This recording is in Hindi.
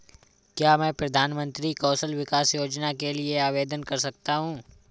क्या मैं प्रधानमंत्री कौशल विकास योजना के लिए आवेदन कर सकता हूँ?